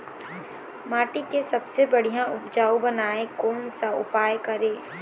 माटी के सबसे बढ़िया उपजाऊ बनाए कोन सा उपाय करें?